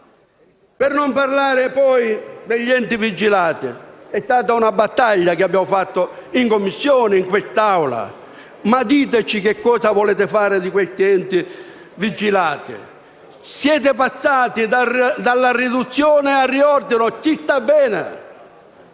Per non parlare - poi - degli enti vigilati. Si tratta di una battaglia che abbiamo fatto in Commissione e in quest'Assemblea. Diteci che cosa volete fare di questi enti vigilati. Siete passati dalla riduzione al riordino, che ci sta bene.